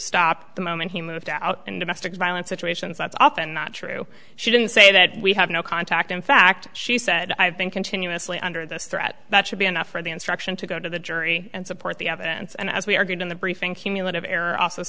stopped the moment he moved out in domestic violence situations that's often not true she didn't say that we have no contact in fact she said i've been continuously under this threat that should be enough for the instruction to go to the jury and support the evidence and as we are going in the briefing cumulative